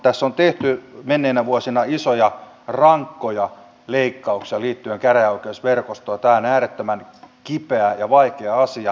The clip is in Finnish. tässä on tehty menneinä vuosina isoja rankkoja leikkauksia liittyen käräjäoikeusverkostoon ja tämä on äärettömän kipeä ja vaikea asia